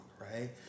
right